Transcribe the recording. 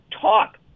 talk